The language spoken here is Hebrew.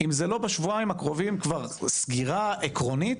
אם זה לא בשבועיים הקרובים, סגירה עקרונית,